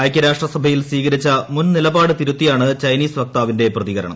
ഐക്യരാഷ്ട്രസഭയിൽ സ്വീകരിച്ച മുൻ നിലപാട് തിരുത്തിയാണ് ചൈനീസ് വക്താവിന്റെ പ്രതികരണം